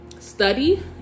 Study